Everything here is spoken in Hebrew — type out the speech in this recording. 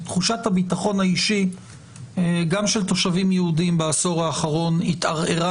תחושת הביטחון האישי גם של תושבים יהודים בעשור האחרון התערערה